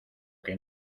que